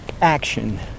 action